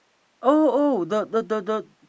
oh oh the the the the